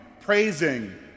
praising